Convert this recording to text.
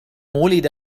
ولد